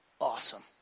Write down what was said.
awesome